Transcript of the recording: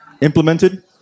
implemented